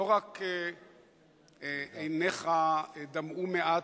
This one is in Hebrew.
לא רק עיניך דמעו מעט,